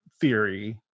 theory